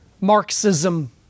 Marxism